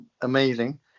amazing